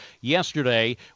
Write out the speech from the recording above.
Yesterday